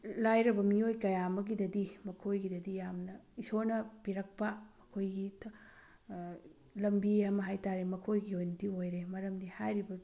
ꯂꯥꯏꯔꯕ ꯃꯤꯑꯣꯏ ꯀꯌꯥ ꯑꯃꯒꯤꯗꯗꯤ ꯃꯈꯣꯏꯒꯤꯗꯗꯤ ꯌꯥꯝꯅ ꯏꯁꯣꯔꯅ ꯄꯤꯔꯛꯄ ꯑꯩꯈꯣꯏꯒꯤ ꯂꯝꯕꯤ ꯑꯃ ꯍꯥꯏꯇꯥꯔꯦ ꯃꯈꯣꯏꯒꯤ ꯑꯣꯏꯅꯗꯤ ꯑꯣꯏꯔꯦ ꯃꯔꯝꯗꯤ ꯍꯥꯏꯔꯤꯕ